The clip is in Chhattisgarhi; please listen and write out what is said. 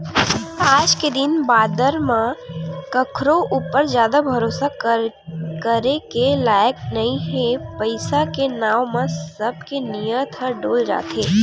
आज के दिन बादर म कखरो ऊपर जादा भरोसा करे के लायक नइ हे पइसा के नांव म सब के नियत ह डोल जाथे